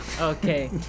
Okay